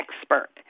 expert